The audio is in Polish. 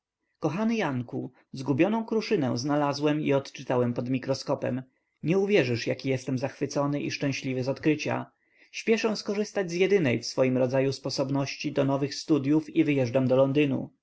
kochany janku zgubioną kruszynę znalazłem i odczytałem pod mikroskopem nie uwierzysz jak jestem zachwycony i szczęśliwy z odkrycia spieszę skorzystać z jedynej w swoim rodzaju sposobności do nowych studyów i wyjeżdżam do londynu